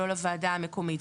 ולא לוועדה המקומית,